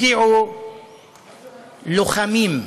הגיעו לוחמים,